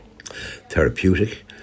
therapeutic